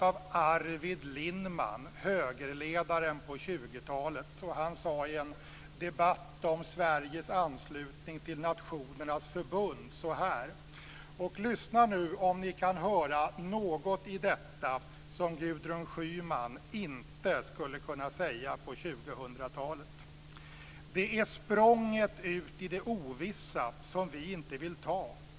Arvid Lindman, högerledaren på 20-talet, sade i en debatt om Sveriges anslutning till Nationernas förbund så här - och lyssna nu om ni kan höra något i detta som Gudrun Schyman inte skulle kunna säga på 2000-talet: Det är språnget ut i det ovissa som vi inte vill ta.